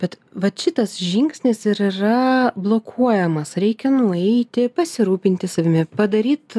bet vat šitas žingsnis ir yra blokuojamas reikia nueiti pasirūpinti savimi padaryt